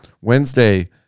Wednesday